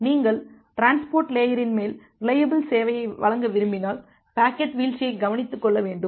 நீங்கள் டிரான்ஸ்போர்ட் லேயரின் மேல் ரிலையபில் சேவையை வழங்க விரும்பினால் பாக்கெட் வீழ்ச்சியை கவனித்துக் கொள்ள வேண்டும்